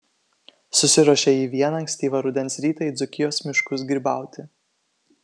susiruošė ji vieną ankstyvą rudens rytą į dzūkijos miškus grybauti